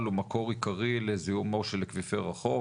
הוא מקור עיקרי לזיהומו של אקוויפר החוף,